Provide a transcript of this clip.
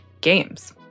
games